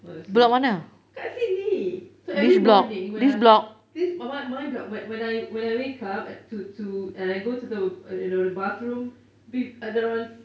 about the same kat sini so every morning when I this my my block when when when I when I wake up to to and I go to the you know the bathroom peep there are